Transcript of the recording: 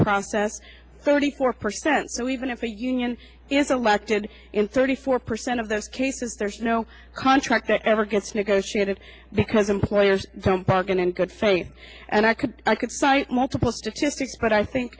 process thirty four percent so even if a union he is elected in thirty four percent of the cases there's no contract that ever gets negotiated because employers don't park in in good faith and i could i could cite multiple specifics but i think